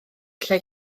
lle